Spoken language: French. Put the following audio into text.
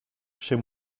chez